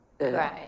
Right